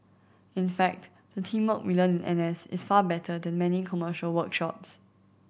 in fact the teamwork we learn in N S is far better than many commercial workshops